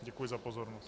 Děkuji za pozornost.